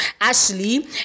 Ashley